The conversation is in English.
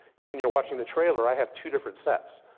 when you're watching the trailer, i have two different sets.